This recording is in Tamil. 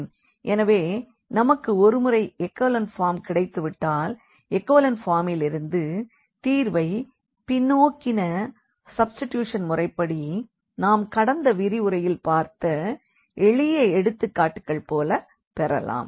எனவே நமக்கு ஒருமுறை எக்கலன் ஃபார்ம் கிடைத்துவிட்டால் எக்கலன் ஃபார்மிலிருந்து தீர்வை பின்நோக்கின சப்ஸ்ட்டிடுஷன் முறைப்படி நாம் கடந்த விரிவுரையில் பார்த்த எளிய எடுத்துக்காட்டுகள் போல பெறலாம்